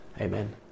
Amen